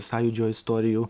sąjūdžio istorijų